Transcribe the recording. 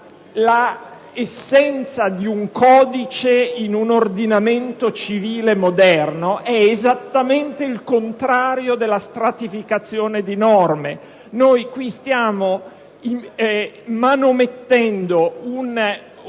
l'essenza di un codice in un ordinamento civile moderno è esattamente il contrario della stratificazione di norme. Noi qui stiamo manomettendo una